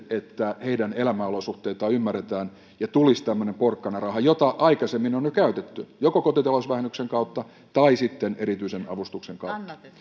että heidän elämänolosuhteitaan ymmärretään ja tulisi tämmöinen porkkanaraha jota aikaisemmin on jo käytetty joko kotitalousvähennyksen kautta tai sitten erityisen avustuksen kautta